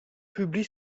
publie